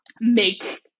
make